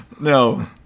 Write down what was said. no